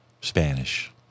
Spanish